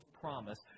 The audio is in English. promise